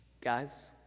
Guys